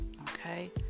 Okay